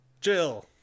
Jill